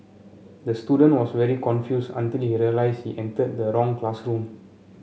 the student was very confused until he realised he entered the wrong classroom